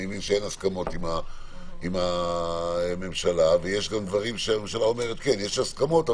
אני מבין שאין הסכמות עם הממשלה ויש דברים שהממשלה אומרת שיש הסכמות,